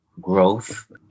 growth